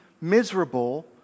miserable